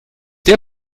der